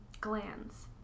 glands